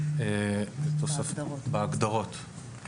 בהגדרות.